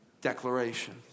declaration